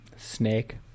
snake